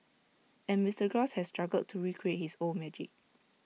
and Mister gross has struggled to recreate his old magic